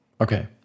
Okay